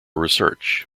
research